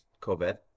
COVID